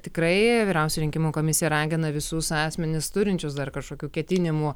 tikrai vyriausioji rinkimų komisija ragina visus asmenis turinčius dar kažkokių ketinimų